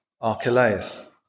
Archelaus